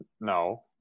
No